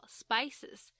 spices